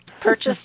purchase